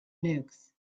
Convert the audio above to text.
nukes